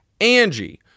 Angie